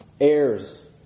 heirs